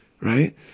Right